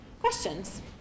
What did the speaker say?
Questions